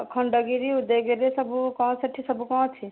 ଖଣ୍ଡଗିରି ଉଦୟଗିରିରେ ସବୁ କ'ଣ ସେଇଠି ସବୁ କ'ଣ ଅଛି